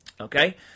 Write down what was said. Okay